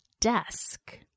desk